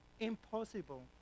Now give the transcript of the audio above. impossible